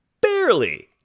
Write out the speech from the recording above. barely